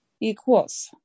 equals